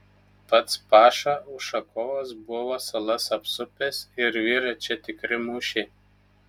pats paša ušakovas buvo salas apsupęs ir virė čia tikri mūšiai